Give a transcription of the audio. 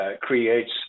Creates